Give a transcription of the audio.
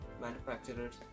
manufacturers